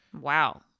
Wow